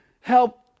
help